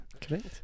Correct